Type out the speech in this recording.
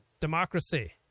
democracy